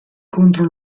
contro